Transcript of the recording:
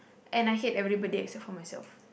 and I hate everybody except for myself